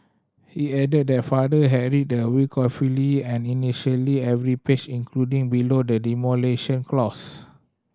he added that father had read the will carefully and initially every page including below the demolition clause